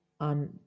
On